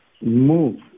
move